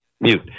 mute